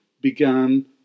began